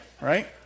right